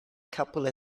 couple